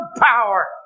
power